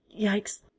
yikes